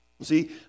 See